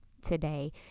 today